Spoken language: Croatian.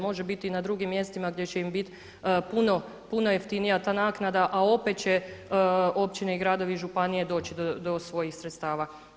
Može biti i na drugim mjestima gdje će im biti puno, puno jeftinija ta naknada, a opet će općine, gradovi i županije doći do svojih sredstava.